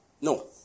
No